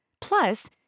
Plus